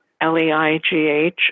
L-E-I-G-H